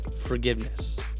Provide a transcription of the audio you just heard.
forgiveness